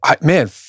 man